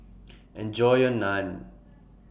Enjoy your Naan